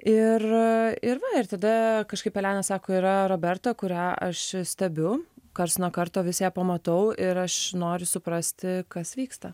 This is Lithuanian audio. ir ir va ir tada kažkaip elena sako yra roberta kurią aš stebiu karts nuo karto vis ją pamatau ir aš noriu suprasti kas vyksta